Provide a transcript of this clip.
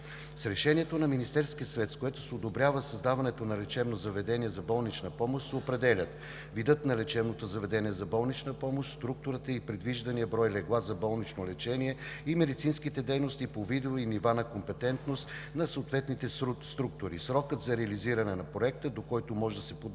С решението на Министерския съвет, с което се одобрява създаването на лечебно заведение за болнична помощ, се определят: видът на лечебното заведение за болнична помощ, структурата, предвижданият брой легла за болнично лечение, медицинските дейности по видове и нива на компетентност на съответните структури и срокът за реализиране на проекта, до който може да се подаде